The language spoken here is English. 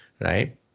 right